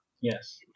yes